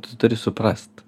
tu turi suprast